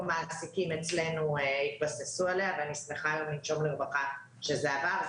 מעסיקים אצלנו התבססו עליה ואני שמחה היום לנשום לרווחה שזה עבר,